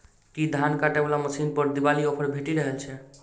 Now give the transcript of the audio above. की धान काटय वला मशीन पर दिवाली ऑफर भेटि रहल छै?